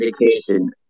vacation